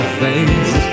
face